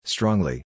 Strongly